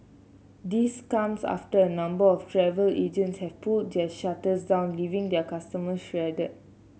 this comes after a number of travel agents have pulled their shutters down leaving their customer stranded